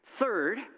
Third